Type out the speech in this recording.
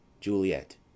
Juliet